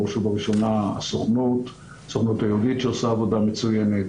בראש ובראשונה הסוכנות היהודית שעושה עבודה מצוינת,